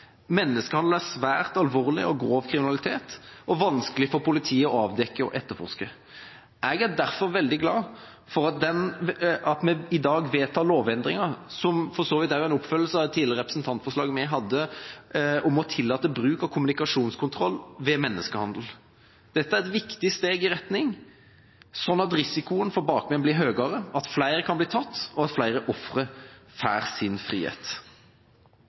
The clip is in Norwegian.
er svært alvorlig og grov kriminalitet og er vanskelig for politiet å avdekke og etterforske. Jeg er derfor veldig glad for at vi i dag vedtar lovendringen, som for så vidt er en oppfølging av et tidligere representantforslag vi hadde, om å tillate bruk av kommunikasjonskontroll ved menneskehandel. Dette er et viktig steg i riktig retning, slik at risikoen for bakmenn blir høyere, flere kan bli tatt og flere ofre får sin frihet.